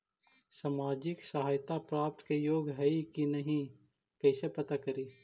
सामाजिक सहायता प्राप्त के योग्य हई कि नहीं कैसे पता करी?